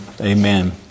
Amen